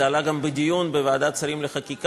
זה עלה גם בדיון בוועדת השרים לחקיקה,